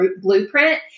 blueprint